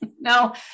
No